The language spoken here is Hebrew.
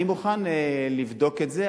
אני מוכן לבדוק את זה.